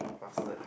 password